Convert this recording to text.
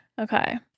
Okay